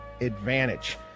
advantage